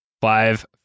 five